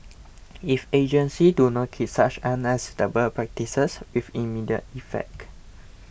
if agencies do not cease such unacceptable practices with immediate effect